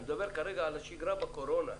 אני כרגע מדבר על השגרה בקורונה.